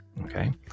okay